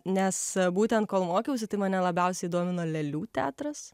nes būtent kol mokiausi tai mane labiausiai domino lėlių teatras